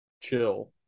chill